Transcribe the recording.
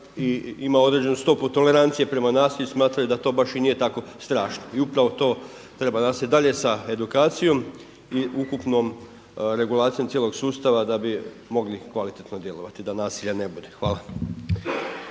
ima određenu stopu tolerancije prema nasilju i smatraju da to baš i nije tako strašno. I upravo to treba da se dalje sa edukacijom i ukupnom regulacijom cijelog sustava da bi mogli kvalitetno djelovati da nasilja ne bude. Hvala.